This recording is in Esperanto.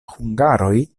hungaroj